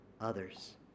others